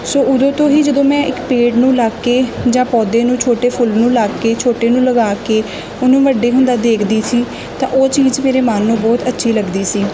ਸੋ ਉਦੋਂ ਤੋਂ ਹੀ ਜਦੋਂ ਮੈਂ ਇੱਕ ਪੇੜ ਨੂੰ ਲੱਗ ਕੇ ਜਾਂ ਪੌਦੇ ਨੂੰ ਛੋਟੇ ਫੁੱਲ ਨੂੰ ਲੱਗ ਕੇ ਛੋਟੇ ਨੂੰ ਲਗਾ ਕੇ ਉਹਨੂੰ ਵੱਡੇ ਹੁੰਦਾ ਦੇਖਦੀ ਸੀ ਤਾਂ ਉਹ ਚੀਜ਼ ਮੇਰੇ ਮਨ ਨੂੰ ਬਹੁਤ ਅੱਛੀ ਲੱਗਦੀ ਸੀ